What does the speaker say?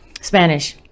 Spanish